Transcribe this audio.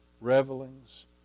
revelings